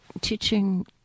teaching